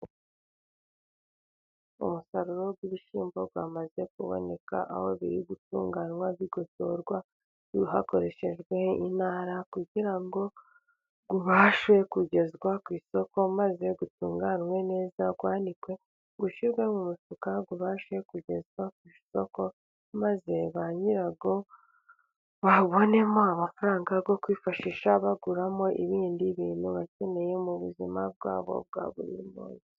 Umusaruro w'ibishyimbo wamaze kuboneka aho biri gutunganywa bigosorwa hakoreshejwe intara kugira ngo ubashe kugezwa ku isoko maze utunganwe neza wanikwe, ushyirwe mu mufuka ubashe kugezwa ku isoko, maze ba nyirawo babonemo amafaranga yo kwifashisha baguramo ibindi bintu bakeneye mu buzima bwabo bwa buri munsi.